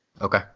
Okay